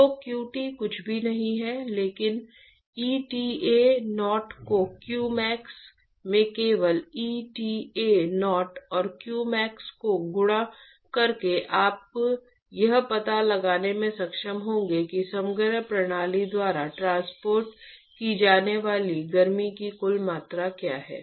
तो qt कुछ भी नहीं है लेकिन eta0 को q max में केवल eta0 और qmax को गुणा करके आप यह पता लगाने में सक्षम होंगे कि समग्र प्रणाली द्वारा ट्रांसपोर्ट की जाने वाली गर्मी की कुल मात्रा क्या है